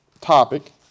topic